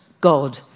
God